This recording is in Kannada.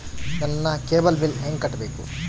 ನನ್ನ ಕೇಬಲ್ ಬಿಲ್ ಹೆಂಗ ಕಟ್ಟಬೇಕು?